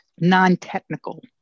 non-technical